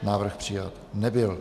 Návrh přijat nebyl.